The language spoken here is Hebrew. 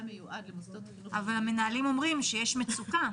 אבל המנהלים אומרים שיש מצוקה.